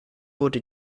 wurde